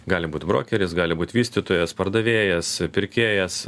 gali būt brokeris gali būt vystytojas pardavėjas pirkėjas